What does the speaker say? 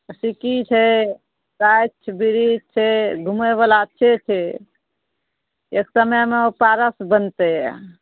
सिक्की छै गाछ बृछ छै घुमैबला अच्छे छै एक समयमे ओ पारस बनतै यऽ